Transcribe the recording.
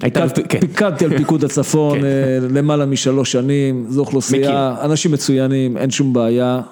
פיקדתי על פיקוד הצפון למעלה משלוש שנים, זו אוכלוסייה, אנשים מצוינים, אין שום בעיה.